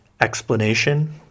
Explanation